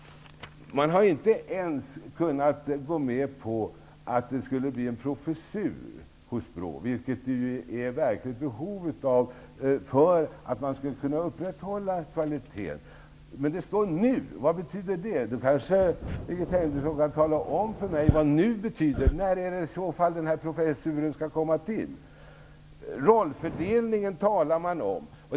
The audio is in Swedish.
Man har inte ens kunnat gå med på att det skall inrättas en professur hos BRÅ, vilket det finns ett verkligt behov av för att man skall kunna upprätthålla kvaliteten. Det står att utskottet inte nu är berett att tillstyrka att en professur inrättas. Vad betyder det? Birgit Henriksson kanske kan tala om för mig vad nu betyder. När skall i så fall denna professur inrättas? Man talar om rollfördelningen.